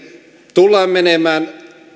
tullaan menemään